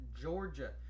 Georgia